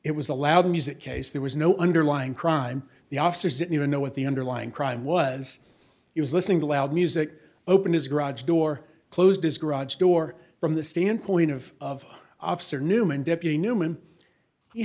it was a loud music case there was no underlying crime the officers didn't even know what the underlying crime was he was listening to loud music open his garage door closed his garage door from the standpoint of of officer neuman deputy newman